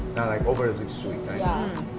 not like overly sweet, right? yeah